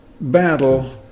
battle